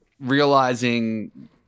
realizing